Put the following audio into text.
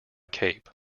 cape